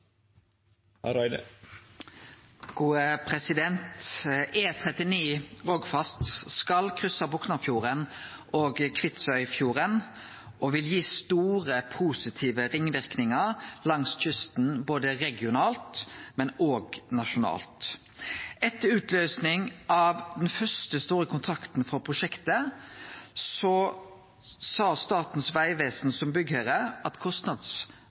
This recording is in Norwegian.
Rogfast skal krysse Boknafjorden og Kvitsøyfjorden og vil gi store positive ringverknader langs kysten, både regionalt og nasjonalt. Etter utlysing av den første store kontrakten for prosjektet sa Statens vegvesen, som byggherre, at